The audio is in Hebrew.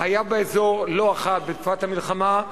היה באזור לא אחת בתקופת המלחמה,